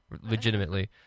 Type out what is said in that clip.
legitimately